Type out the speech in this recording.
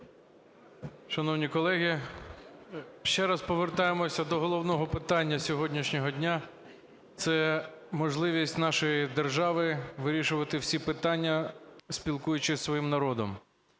Шановні колеги, ще раз повертаємося до головного питання сьогоднішнього дня – це можливість нашої держави вирішувати всі питання, спілкуючись зі своїм народом.